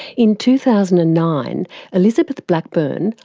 in two thousand and nine elizabeth blackburn,